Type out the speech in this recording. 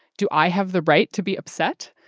do i have the right to be upset?